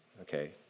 okay